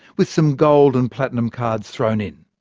with some gold and platinum cards thrown in.